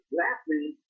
laughing